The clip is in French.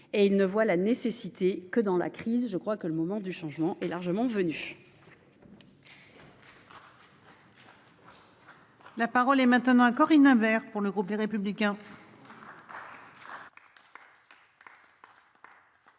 et ils ne voient la nécessité que dans la crise. » Je crois que le moment du changement est largement venu.